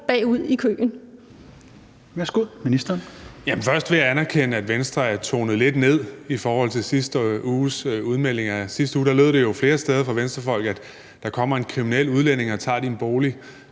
boligministeren (Kaare Dybvad Bek): Først vil jeg anerkende, at Venstre har tonet lidt ned i forhold til sidste uges udmeldinger. I sidste uge lød det jo fra flere Venstrefolk: Der kommer en kriminel udlænding og tager din bolig.